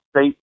State